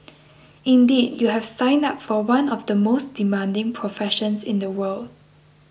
indeed you have signed up for one of the most demanding professions in the world